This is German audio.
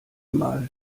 mal